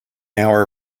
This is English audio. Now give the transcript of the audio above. hour